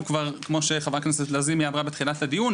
הדבר הכי חשוב להם במקום עבודה אידיאלי,